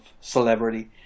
celebrity